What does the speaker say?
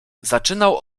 zaczynał